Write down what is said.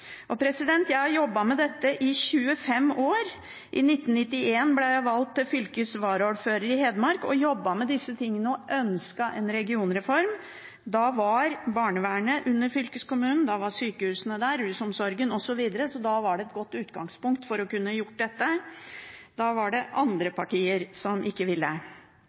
Jeg har jobbet med dette i 25 år. I 1991 ble jeg valgt til fylkesvaraordfører i Hedmark. Jeg jobbet med disse tingene og ønsket en regionreform. Da var barnevernet under fylkeskommunen, og det samme var sykehusene, rusomsorgen osv., så da var det et godt utgangspunkt for å kunne gjøre dette. Men da var det andre partier som ikke ville.